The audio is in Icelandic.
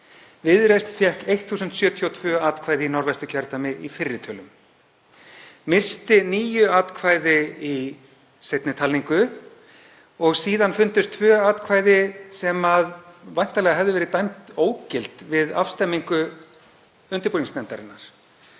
Viðreisn fékk 1.072 atkvæði í Norðvesturkjördæmi í fyrri tölum, missti níu atkvæði í seinni talningu og síðan fundust tvö atkvæði sem væntanlega hefðu verið dæmd ógild við afstemmingu undirbúningsnefndarinnar.